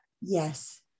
yes